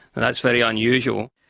that's very unusual.